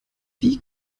wie